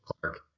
Clark